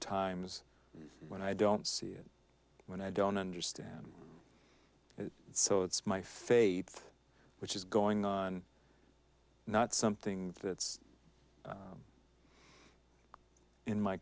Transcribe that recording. times when i don't see it when i don't understand it so it's my faith which is going on not something that's in my